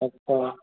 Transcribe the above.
আচ্ছা